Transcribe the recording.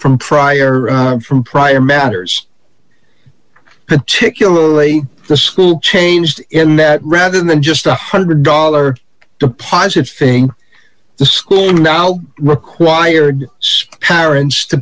from prior from prior matters particularly the school changed in that rather than just a one hundred dollars deposit thing the school now required six parents to